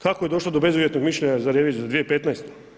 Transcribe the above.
Kako je došlo do bezuvjetnog mišljenja za reviziju, za 2015.